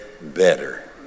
better